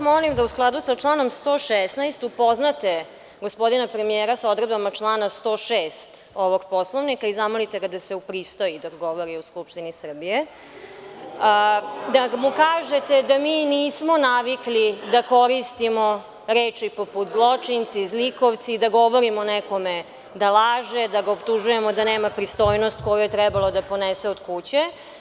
Molim vas da u skladu sa članom 116. upoznate gospodina premijera sa odredbama člana 106. ovog Poslovnika i zamolite ga da se upristoji kada govori u Skupštini Srbije, da mu kažete da mi nismo navikli da koristimo reči poput „zločinci, zlikovci“, da govorimo nekome da laže, da ga optužujemo da nema pristojnost koju je trebalo da ponese od kuće.